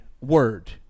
word